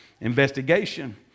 Investigation